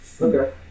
Okay